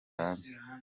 hanze